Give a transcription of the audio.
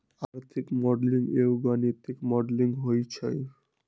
आर्थिक मॉडलिंग एगो गणितीक मॉडलिंग होइ छइ